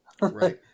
right